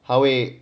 他会